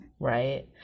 Right